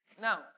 Now